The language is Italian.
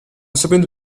sapendo